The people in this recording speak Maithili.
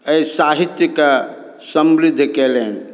एहि साहित्यकेँ समृद्ध कयलनि